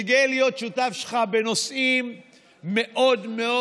אני גאה להיות שותף שלך בנושאים מאוד מאוד